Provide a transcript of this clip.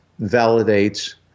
validates